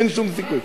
אין שום סיכוי.